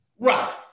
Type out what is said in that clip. Right